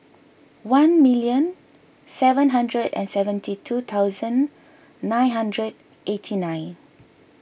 one million seven hundred and seventy two thousand nine hundred and eighty nine